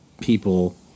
people